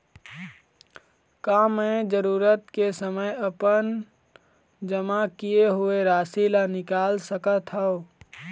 का मैं जरूरत के समय अपन जमा किए हुए राशि ला निकाल सकत हव?